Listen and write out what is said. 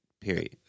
period